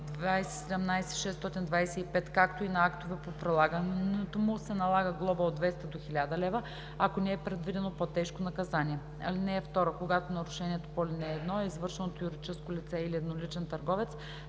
2017/625, както и на актове по прилагането му, се налага глоба от 200 до 1000 лв., ако не е предвидено по-тежко наказание. (2) Когато нарушението по ал. 1 е извършено от юридическо лице или едноличен търговец,